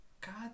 God